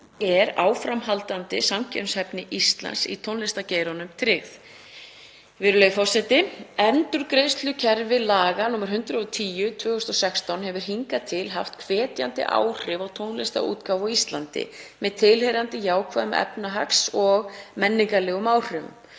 er áframhaldandi samkeppnishæfni Íslands í tónlistargeiranum tryggð. Endurgreiðslukerfi laga nr. 110/2016 hefur hingað til haft hvetjandi áhrif á tónlistarútgáfu á Íslandi með tilheyrandi jákvæðum efnahags- og menningarlegum áhrifum.